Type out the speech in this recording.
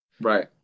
Right